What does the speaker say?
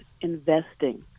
investing